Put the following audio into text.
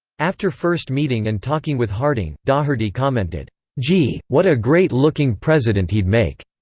after first meeting and talking with harding, daugherty commented, gee, what a great-looking president he'd make.